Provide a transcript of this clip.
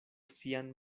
sian